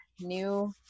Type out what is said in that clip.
new